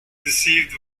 deceived